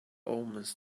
omens